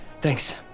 Thanks